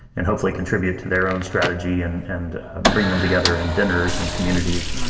and hopefully contribute to their own strategy and and bring them together in dinners and communities.